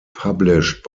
published